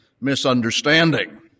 misunderstanding